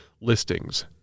listings